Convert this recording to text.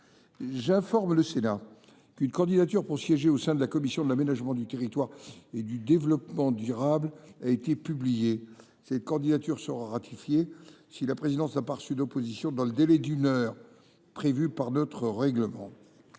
J’informe le Sénat qu’une candidature pour siéger au sein de la commission de l’aménagement du territoire et du développement durable a été publiée. Cette candidature sera ratifiée si la présidence n’a pas reçu d’opposition dans le délai d’une heure prévu par notre règlement.